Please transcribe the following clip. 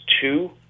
two